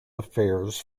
affairs